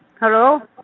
hello?